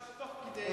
אפשר שתוך כדי,